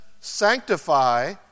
sanctify